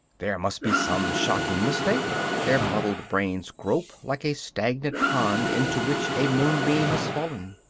there must be some shocking mistake their muddled brains grope like a stagnant pond into which a moonbeam has fallen.